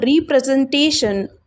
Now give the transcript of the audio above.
Representation